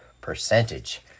percentage